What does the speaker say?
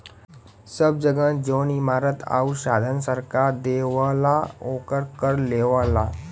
सब जगह जौन इमारत आउर साधन सरकार देवला ओकर कर लेवला